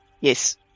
Yes